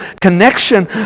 connection